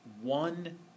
One